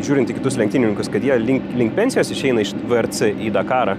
žiūrint į kitus lenktynininkus kad jie link link pensijos išeina iš v er c į dakarą